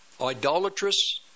idolatrous